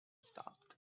stopped